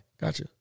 Gotcha